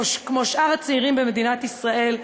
כמו שאר הצעירים במדינת ישראל,